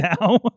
now